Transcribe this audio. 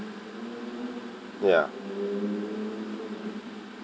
ya